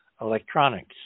electronics